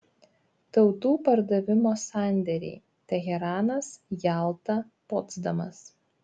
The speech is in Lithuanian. tautų pardavimo sandėriai teheranas jalta potsdamas